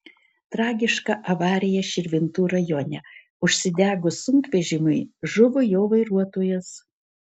tragiška avarija širvintų rajone užsidegus sunkvežimiui žuvo jo vairuotojas